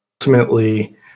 Ultimately